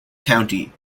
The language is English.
county